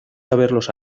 haberlos